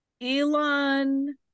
Elon